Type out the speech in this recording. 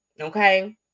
okay